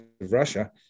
Russia